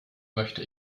möchte